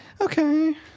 Okay